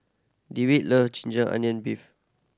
Dewitt love ginger onion beef